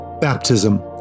baptism